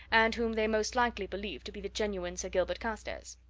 and whom they most likely believed to be the genuine sir gilbert carstairs.